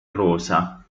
rosa